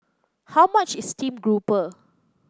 how much is Steamed Grouper